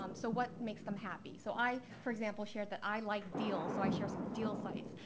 um so what makes them happy? so i, for example, shared that i like deals. so i share some deal sites.